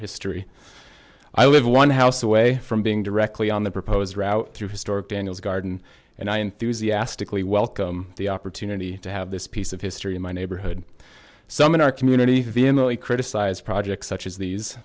history i live one house away from being directly on the proposed route through historic daniels garden and i enthusiastically welcome the opportunity to have this piece of history in my neighborhood some in our community the emily criticize projects such as these